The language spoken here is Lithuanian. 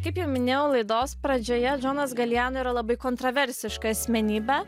kaip jau minėjau laidos pradžioje džonas galijano yra labai kontroversiška asmenybė